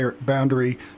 boundary